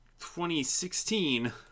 2016